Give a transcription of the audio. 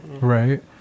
Right